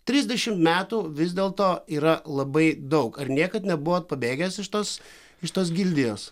trisdešim metų vis dėlto yra labai daug ar niekad nebuvot pabėgęs iš tos iš tos gildijos